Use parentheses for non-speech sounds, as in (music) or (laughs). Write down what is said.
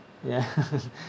ya (laughs)